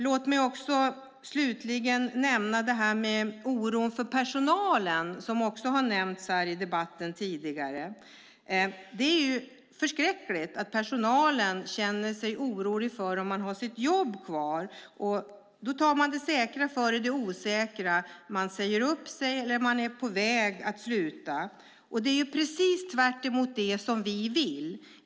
Låt mig slutligen nämna detta med oron för personalen, som också har nämnts tidigare i debatten. Det är förskräckligt att personalen känner sig orolig för om man har sitt jobb kvar och därför tar det säkra för det osäkra och säger upp sig eller är på väg att sluta. Det är precis tvärtemot vad vi vill.